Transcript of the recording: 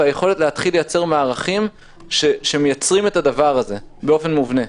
על היכולת להתחיל לייצר מערכים שמייצרים את הדבר הזה באופן מובנה.